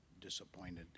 disappointed